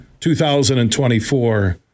2024